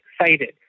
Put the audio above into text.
excited